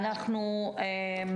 אין